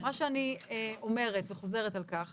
מה שאני אומרת וחוזרת על כך